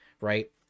right